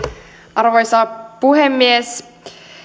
arvoisa puhemies